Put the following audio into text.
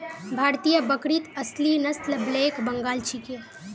भारतीय बकरीत असली नस्ल ब्लैक बंगाल छिके